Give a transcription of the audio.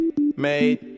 made